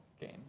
game